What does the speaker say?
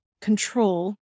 control